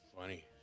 funny